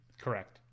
Correct